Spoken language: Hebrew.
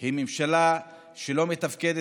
היא ממשלה שלא מתפקדת.